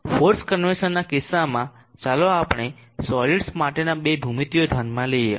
forced કન્વેકસનના કિસ્સામાં ચાલો આપણે સોલીડ્સ માટેના બે ભૂમિતિઓ ધ્યાનમાં લઈએ